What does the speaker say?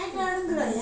என்னது:ennathu